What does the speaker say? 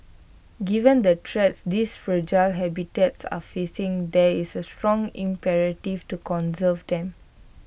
given the threats these fragile habitats are facing there is A strong imperative to conserve them